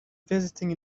visiting